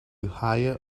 higher